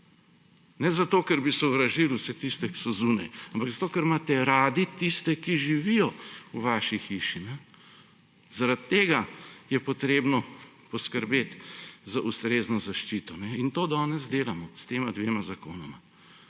Ne zato, ker bi sovražili vse tiste, ki so zunaj, ampak zato, ker imate radi tiste, ki živijo v vaši hiši. Zaradi tega je potrebno poskrbeti za ustrezno zaščito in to danes delamo s tema dvema zakonoma